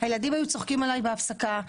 והילדים היו צוחקים עליי בהפסקה,